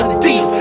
deep